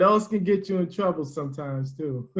those can get you in trouble sometimes, too.